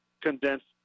condensed